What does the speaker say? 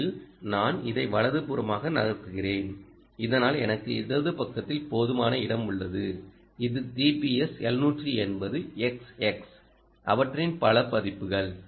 உண்மையில் நான் இதை வலதுபுறமாக நகர்த்துகிறேன் இதனால் எனக்கு இடது பக்கத்தில் போதுமான இடம் உள்ளது இது டிபிஎஸ் 780 xx அவற்றின் பல பதிப்புகள்